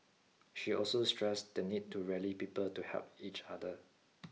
she also stressed the need to rally people to help each other